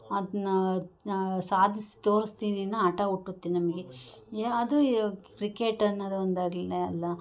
ಅದನ್ನು ಸಾಧಿಸ್ ತೋರಿಸ್ತಿನಿ ಅನ್ನೋ ಹಠ ಹುಟ್ಟುತ್ತೆ ನಮಗೆ ಎ ಅದು ಕ್ರಿಕೇಟ್ ಅನ್ನೋದು ಒಂದು ಆಗಲಿ ಅಲ್ಲ